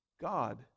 God